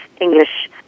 English